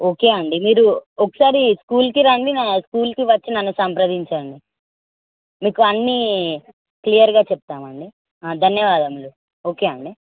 okay అండి మీరు ఒకసారి స్కూల్కి రండి న స్కూల్కి వచ్చి నన్ను సంప్రదించండి మీకు అన్నీ క్లియర్గా చెప్తాం అండి ధన్యవాదములు ఓకే అండి